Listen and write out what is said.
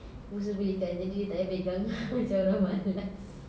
mus suruh belikan jadi dia tak payah pegang macam orang malas